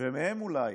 ומהם אולי